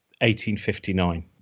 1859